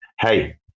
hey